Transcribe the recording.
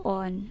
on